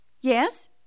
Yes